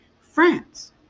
France